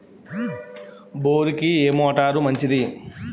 బోరుకి ఏ మోటారు మంచిది?